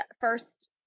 first